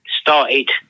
started